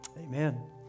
Amen